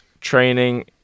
training